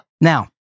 Now